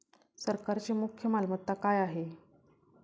सरकारची मुख्य मालमत्ता काय आहे?